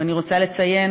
ואני רוצה לציין,